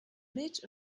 milch